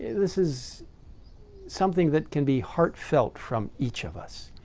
this is something that can be heartfelt from each of us.